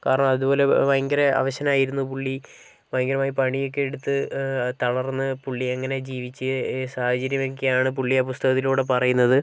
കാരണം അതുപോലെ ഭയങ്കര അവശനായിരുന്നു പുള്ളി ഭയങ്കരമായി പണിയൊക്കെ എടുത്ത് തളർന്ന് പുള്ളി അങ്ങനെ ജീവിച്ച് സാഹചര്യമൊക്കെയാണ് പുള്ളി ആ പുസ്തകത്തിലൂടെ പറയുന്നത്